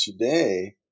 today